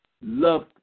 love